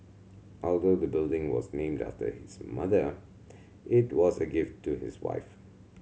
although the building was named after his mother it was a gift to his wife